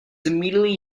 immediately